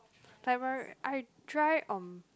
timer I dry on